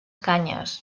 canyes